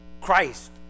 christ